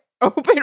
open